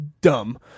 dumb